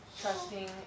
trusting